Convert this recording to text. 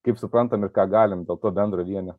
kaip suprantam ir ką galim dėl to bendro vienio